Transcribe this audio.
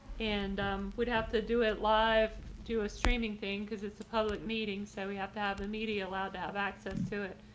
and um we'd have to do it live to a streaming thing because it's a public meeting, so we have to have the media allowed to have access to it.